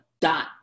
dot